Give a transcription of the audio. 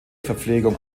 verpflegung